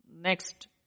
next